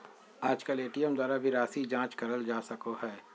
आजकल ए.टी.एम द्वारा भी राशी जाँच करल जा सको हय